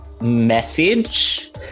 message